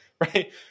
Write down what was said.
Right